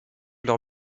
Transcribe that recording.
leur